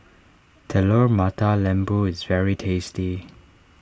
Telur Mata Lembu is very tasty